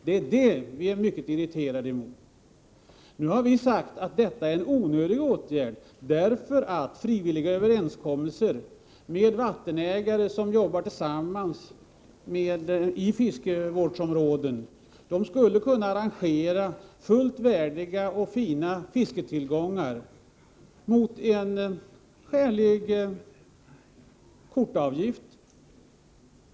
Det är detta som vi är mycket irriterade över. Vi har sagt att regeringen föreslår en onödig åtgärd, eftersom frivilliga överenskommelser kan träffas. Vattenägare som jobbar i fiskevårdsområden skulle kunna ordna fullt värdiga och fina fisketillgångar mot en skälig kortavgift.